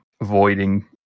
avoiding